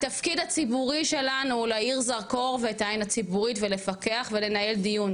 התפקיד הציבורי שלנו להאיר זרקור ואת העין הציבורית ולפקח ולנהל דיון,